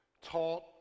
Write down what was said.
taught